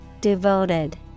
Devoted